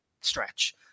stretch